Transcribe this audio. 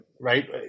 right